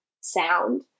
Sound